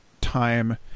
time